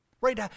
Right